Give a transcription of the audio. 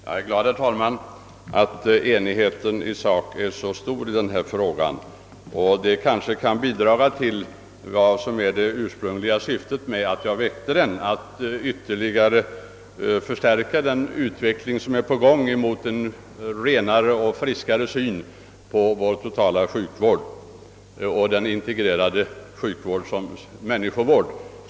Herr talman! Jag är glad för att enigheten i denna fråga är så stor i sak. Det kanske kan bidra till att nå det ursprungliga syftet med min fråga, nämligen att ytterligare förstärka den utveckling som är på gång mot en renare och friskare syn på vår totala sjukvård och den integrerade människovård som vi behöver.